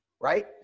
Right